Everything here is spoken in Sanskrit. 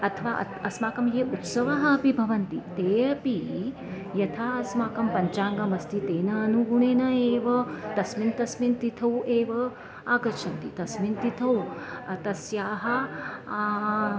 अथवा अस्माकं ये उत्सवः अपि भवन्ति ते अपि यथा अस्माकं पञ्चाङ्गमस्ति तेन अनुगुणेन एव तस्मिन् तस्मिन् तिथौ एव आगच्छन्ति तस्मिन् तिथौ तस्याः